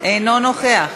אינו נוכח.